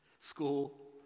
school